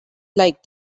like